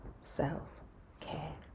self-care